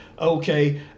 okay